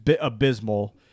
abysmal